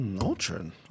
Ultron